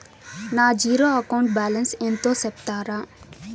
నా zero account balance ఎంతో సెప్తారా?